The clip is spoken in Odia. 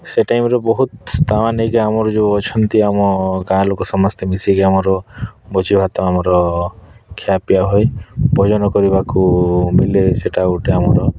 ସେ ଟାଇମ୍ରେ ବହୁତ ତା ମାନେ କି ଆମର ଯେଉଁ ଅଛନ୍ତି ଆମ ଗାଁ ଲୋକ ସମସ୍ତେ ମିଶିକି ଆମର ଭୋଜି ଭାତ ଆମର ଖିଆ ପିଆ ହୁଏ ଭୋଜନ କରିବାକୁ ମିଲେ ସେଟା ଗୁଟେ ଆମର